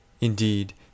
Indeed